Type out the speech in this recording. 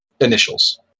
initials